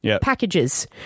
packages